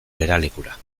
geralekura